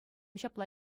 ҫапла